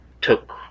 took